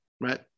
right